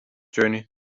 journey